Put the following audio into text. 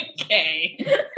okay